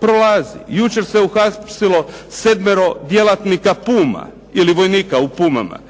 prolazi. Jučer se uhapsilo 7 djelatnika Puma ili vojnika u Pumama